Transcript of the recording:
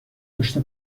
داشه